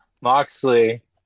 Moxley